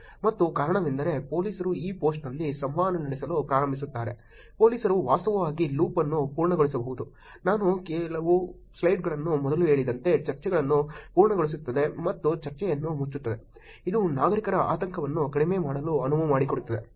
ಮತ್ತು ಕಾರಣವೇನೆಂದರೆ ಪೊಲೀಸರು ಈ ಪೋಸ್ಟ್ನಲ್ಲಿ ಸಂವಹನ ನಡೆಸಲು ಪ್ರಾರಂಭಿಸುತ್ತಾರೆ ಪೊಲೀಸರು ವಾಸ್ತವವಾಗಿ ಲೂಪ್ ಅನ್ನು ಪೂರ್ಣಗೊಳಿಸಬಹುದು ನಾನು ಕೆಲವು ಸ್ಲೈಡ್ಗಳನ್ನು ಮೊದಲು ಹೇಳಿದಂತೆ ಚರ್ಚೆಯನ್ನು ಪೂರ್ಣಗೊಳಿಸುತ್ತದೆ ಮತ್ತು ಚರ್ಚೆಯನ್ನು ಮುಚ್ಚುತ್ತದೆ ಇದು ನಾಗರಿಕರ ಆತಂಕವನ್ನು ಕಡಿಮೆ ಮಾಡಲು ಅನುವು ಮಾಡಿಕೊಡುತ್ತದೆ